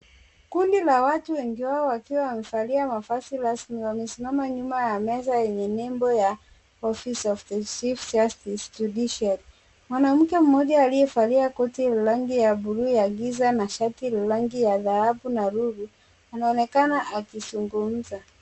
Kundi la watu, wengi wao wakiwa wamevalia mavazi rasmi, wamesimama nyuma ya meza yenye nembo ya OFFICE OF THE CHIEF JUSTICE, JUDICIARY . Mwanamke mmoja aliyevalia suti ya rangi ya buluu ya giza na shati la rangi ya dhahabu na lulu, anaonekana akizungumza.